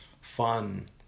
fun